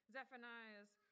Zephaniah's